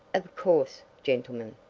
of course, gentlemen,